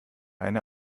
einer